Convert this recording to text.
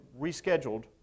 rescheduled